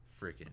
freaking